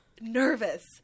nervous